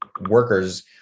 workers